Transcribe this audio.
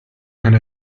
and